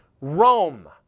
Rome